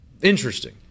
Interesting